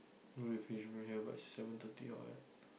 here by seven thirty or what